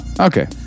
Okay